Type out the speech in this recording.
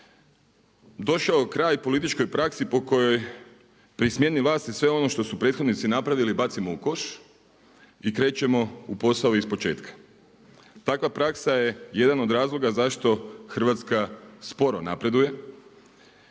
došao kraj političkoj praksi po kojoj pri smjeni vlasti sve ono što su prethodnici napravili bacimo u koš i krećemo u posao ispočetka. Takva praksa je jedan od razloga zašto Hrvatska sporo napreduje